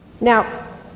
Now